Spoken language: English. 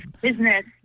Business